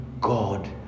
God